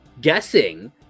guessing